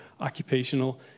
occupational